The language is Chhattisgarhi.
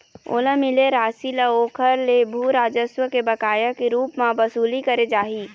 ओला मिले रासि ल ओखर ले भू राजस्व के बकाया के रुप म बसूली करे जाही